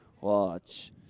Watch